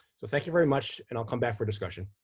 so thank you very much, and i'll come back for discussion.